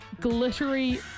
glittery